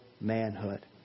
manhood